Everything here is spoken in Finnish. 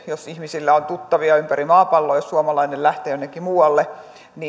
jos ihmisillä on tuttavia ympäri maapalloa ja jos suomalainen lähtee jonnekin muualle